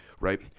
right